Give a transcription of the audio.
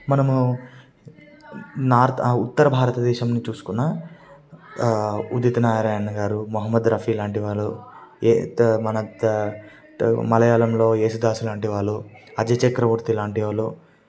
మనము నార్త్ ఉత్తర భారతదేశం చూసుకున్నా ఉదిత్ నారాయణగారు మొహమ్మద్ రఫీ లాంటివారు ఏ తా మలయాళంలో జేసుదాసు లాంటివాళ్లు అజయ్ చక్రవర్తి లాంటివాళ్లు